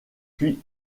puis